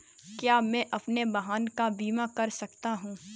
क्या मैं अपने वाहन का बीमा कर सकता हूँ?